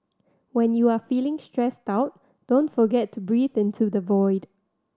when you are feeling stressed out don't forget to breathe into the void